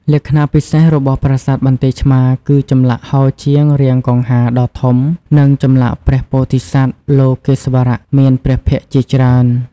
លក្ខណៈពិសេសរបស់ប្រាសាទបន្ទាយឆ្មារគឺចម្លាក់ហោជាងរាងកង្ហារដ៏ធំ និងចម្លាក់ព្រះពោធិសត្វលោកេស្វរៈមានព្រះភក្ត្រជាច្រើន។